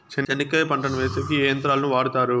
చెనక్కాయ పంటను వేసేకి ఏ యంత్రాలు ను వాడుతారు?